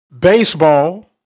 baseball